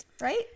Right